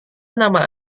nama